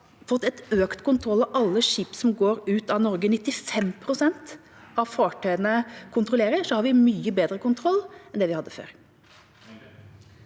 nå har fått økt kontroll av alle skip som går ut av Norge – 95 pst. av fartøyene kontrolleres – har vi mye bedre kontroll enn det vi hadde før.